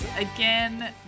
Again